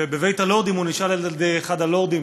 בבית הלורדים הוא נשאל על ידי אחד הלורדים: